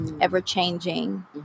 ever-changing